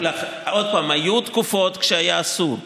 שוב, היו תקופות, כשהיה אסור.